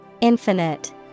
Infinite